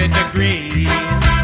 degrees